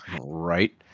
Right